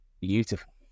Beautiful